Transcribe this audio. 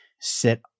sit